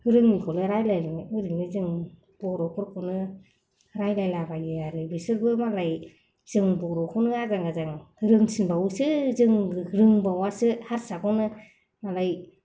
रोङिखौलाय रायलायनो ओरैनो जों बर'फोरखौनो रायलायलाबायो आरो बिसोरबो मालाय जोंनि बर'खौनो आजां गाजां रोंसिनबावोसो जों रोंबावासो हारसाखौनो मालाय